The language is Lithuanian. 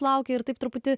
laukia ir taip truputį